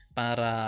para